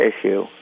issue